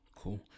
cool